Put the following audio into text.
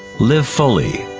live fully,